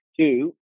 Two